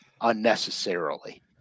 unnecessarily